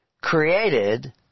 created